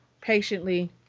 patiently